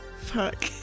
Fuck